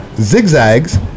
zigzags